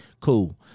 Cool